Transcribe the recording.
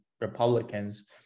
Republicans